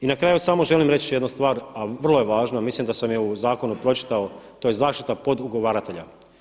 I na kraju samo želim reći jednu stvar, a vrlo je važno, mislim da sam je u zakonu pročitao to je zaštita pod ugovaratelja.